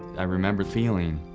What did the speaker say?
i remember feeling,